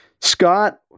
Scott